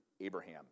abraham